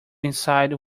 inside